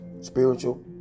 Spiritual